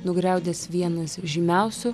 nugriaudės vienas žymiausių